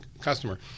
customer